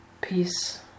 peace